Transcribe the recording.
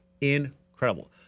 incredible